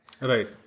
Right